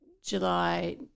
July